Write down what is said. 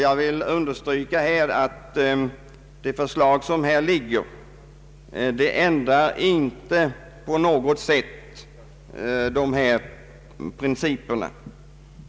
Jag vill understryka att motionens förslag inte på något sätt skulle ändra dessa principer.